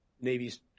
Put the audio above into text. Navy's